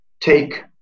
take